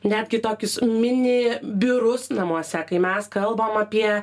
netgi tokius mini biurus namuose kai mes kalbam apie